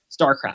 StarCraft